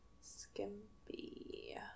Skimpy